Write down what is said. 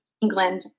England